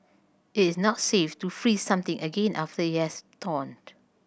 it is not safe to freeze something again after it has thawed